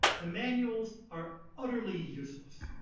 the manuals are utterly useless.